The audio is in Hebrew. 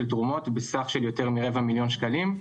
תרומות בסך של יותר מרבע מיליון שקלים,